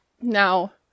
Now